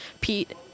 pete